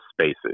spaces